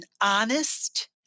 honest